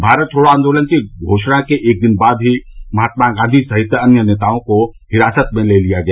भारत छोड़ों आन्दोलन के घोषणा के एक दिन बाद ही महात्मा गांधी सहित अन्य नेताओं को हिरासत में ले लिया गया